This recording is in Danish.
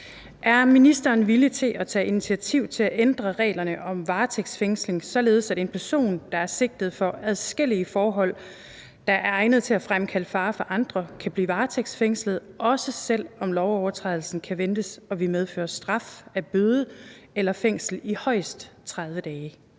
Er ministeren villig til at tage initiativ til at ændre reglerne om varetægtsfængsling, således at en person, der er sigtet for adskillige forhold, der er egnet til at fremkalde fare for andre, kan blive varetægtsfængslet, også selv om lovovertrædelserne kan ventes at ville medføre straf af bøde eller fængsel i højst 30 dage?